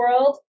world